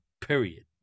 period